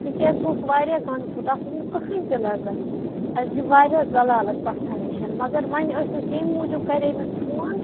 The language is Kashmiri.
تِکیٛازِ سُہ اوس واریاہ گنٛدٕ فُڈ تَتھ اوس نہٕ کٕہٕنۍ تہِ لَذت اَسہِ گٔے واریاہ زَلالت پَژھٮ۪ن نِش مگر وۄنۍ ٲسۍ أسۍ ییٚمہِ موٗجوٗب کَرے مےٚ فون